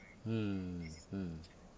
mm mm